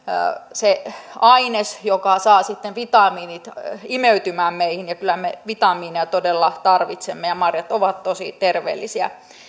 se aines joka saa vitamiinit imeytymään meihin ja kyllä me vitamiineja todella tarvitsemme ja marjat ovat tosi terveellisiä